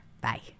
Bye